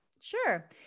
Sure